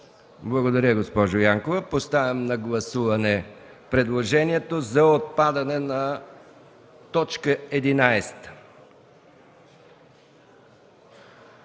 Благодаря, госпожо Янкова. Поставям на гласуване предложението за отпадане на т. 11